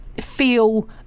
feel